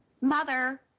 mother